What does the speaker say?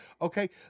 okay